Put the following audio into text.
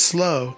Slow